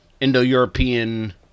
indo-european